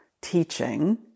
teaching